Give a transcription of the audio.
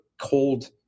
cold